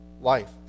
life